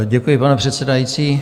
Děkuji, pane předsedající.